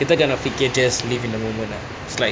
kita jangan fikir just live in the moment ah it's like